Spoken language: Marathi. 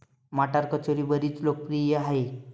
मटार कचोरी बरीच लोकप्रिय आहे